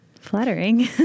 flattering